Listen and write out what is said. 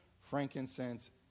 frankincense